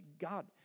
God